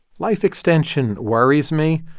life extension worries me.